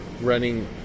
running